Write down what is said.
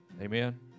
Amen